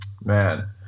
Man